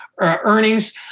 earnings